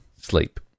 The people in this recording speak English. sleep